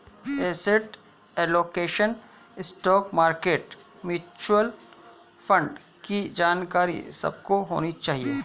asset allocation, stock market, mutual fund की जानकारी सबको होनी चाहिए